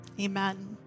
amen